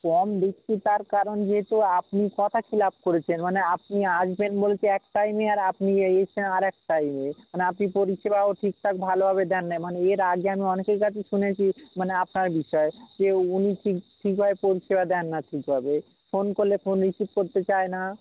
কম দিচ্ছি তার কারণ যেহেতু আপনি কথা খিলাফ করেছেন মানে আপনি আসবেন বলছে এক টাইমে আর আপনি এসছেন আর এক টাইমে মানে আপনি পরিষেবাও ঠিকঠাক ভালোভাবে দেন নি মানে এর আগে আমি অনেকের কাছেই শুনেছি মানে আপনার বিষয়ে যে উনি ঠিক ঠিকভাবে পরিষেবা দেন না ঠিকভাবে ফোন করলে ফোন রিসিভ করতে চায় না